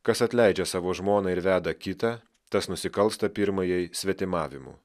kas atleidžia savo žmoną ir veda kitą tas nusikalsta pirmajai svetimavimu